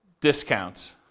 discounts